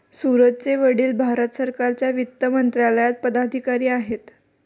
सूरजचे वडील भारत सरकारच्या वित्त मंत्रालयात पदाधिकारी आहेत